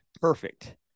Perfect